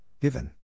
given